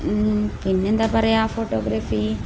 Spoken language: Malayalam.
പിന്നെയെന്താ പറയുക ഫോട്ടോഗ്രഫി